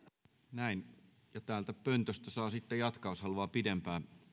täältä pöntöstä saa sitten jatkaa jos haluaa pidempään